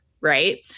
right